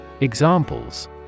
Examples